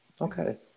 okay